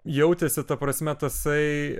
jautėsi ta prasme tasai